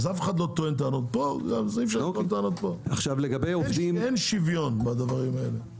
אין שוויון בדברים האלה.